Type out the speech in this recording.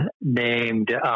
named